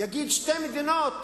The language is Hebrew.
יגיד "שתי מדינות";